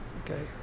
Okay